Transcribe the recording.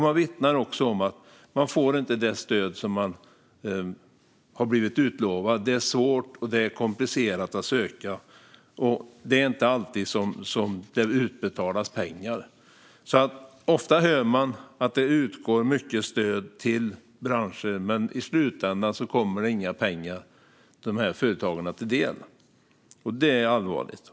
Man vittnar också om att man inte får det stöd som man har blivit utlovad. Det är svårt och komplicerat att söka, och det är inte alltid som det utbetalas pengar. Ofta hör man att det utgår mycket stöd till branscher, men i slutändan kommer inga pengar de här företagarna till del. Det är allvarligt.